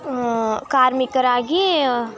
ಕಾರ್ಮಿಕರಾಗಿ